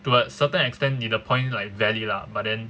to a certain extent 你的 point like valid lah but then